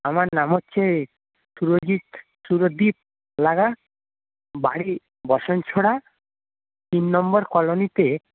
আমার নাম হচ্ছে সুরজিত সুরদীপ লাগা বাড়ি বসনছোড়া তিন নম্বর কলোনিতে